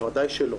בוודאי שלא.